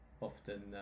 often